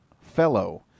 Fellow